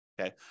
Okay